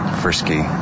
frisky